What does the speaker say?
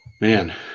Man